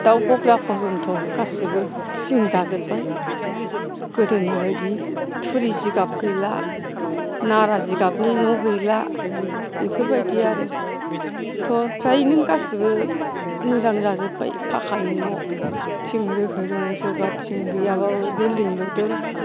दाउ ग'ग्रा फरजन्थ' गासिबो थिं जाजोब्बाय गोदोनि बायदि थुरि जिगाब गैला नारा जिगाबनि न' गैला बेफोर बायदि आरो थ' फ्रायनो गासिबो मोजां जाजोब्बाय फाखानि न' थिं रोहो रोहो सोरबा थिं गैयाबाबो बिल्दिं लुदों